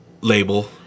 label